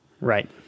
Right